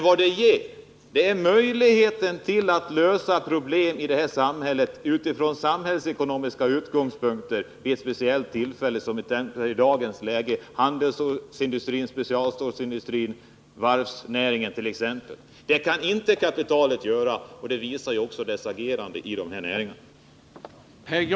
Vad det statliga ägandet ger är möjlighet att lösa problem i det här samhället från samhällsekonomiska utgångspunkter, t.ex. de problem som vi i dag har inom handelsstålindustrin, specialstålindustrin och varvsnäringen. De problemen kan inte kapitalet lösa, och det visar dess agerande i dessa näringar.